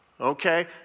okay